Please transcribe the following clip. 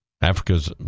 Africa's